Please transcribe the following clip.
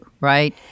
right